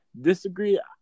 Disagree